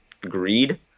greed